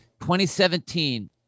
2017